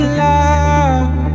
love